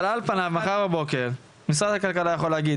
אבל על פניו מחר בבוקר משרד הכלכלה יכול להגיד